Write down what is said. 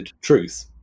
truth